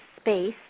space